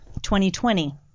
2020